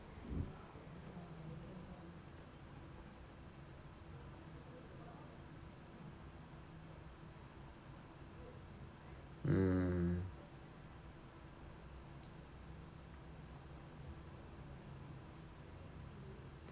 mm